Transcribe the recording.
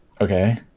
Okay